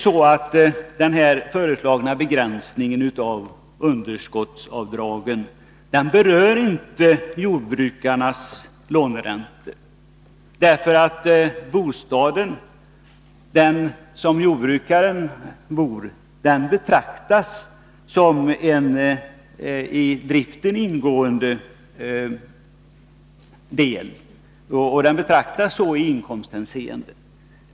Men den föreslagna begränsningen av underskottsavdragen berör inte jordbrukarnas låneräntor, därför att en jordbruksbostad betraktas som en i driften ingående del. Det gäller även i inkomsthänseende.